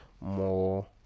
more